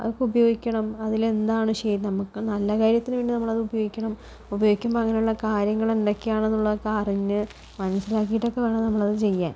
അതൊക്കെ ഉപയോഗിക്കണം അതിലെന്താണ് നമുക്ക് നല്ല കാര്യത്തിനു വേണ്ടി നമ്മളത് ഉപയോഗിക്കണം ഉപയോഗിക്കുമ്പോൾ അങ്ങനെയുള്ള കാര്യങ്ങൾ എന്തൊക്കെയാണെന്നുള്ളതൊക്കെ അറിഞ്ഞ് മനസ്സിലാക്കിയിട്ടൊക്കെ വേണം നമ്മളത് ചെയ്യാൻ